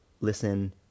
listen